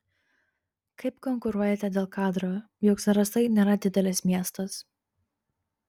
kaip konkuruojate dėl kadro juk zarasai nėra didelis miestas